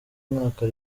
mwaka